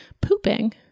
pooping